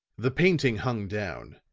the painting hung down,